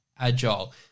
agile